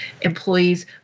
employees